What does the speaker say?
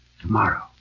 Tomorrow